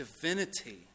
divinity